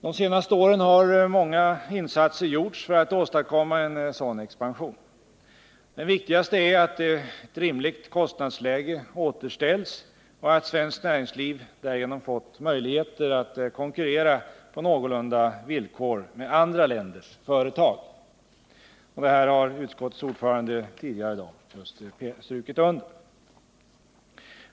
De senaste åren har många insatser gjorts för att åstadkomma en sådan expansion. Den viktigaste är att ett rimligt kostnadsläge återställts och att svenskt näringsliv därigenom fått möjligheter att konkurrera på någorlunda lika villkor med andra länders företag, vilket utskottets ordförande tidigare har understrukit.